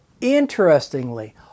Interestingly